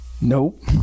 Nope